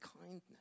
kindness